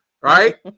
right